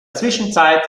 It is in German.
zwischenzeit